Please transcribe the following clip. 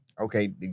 okay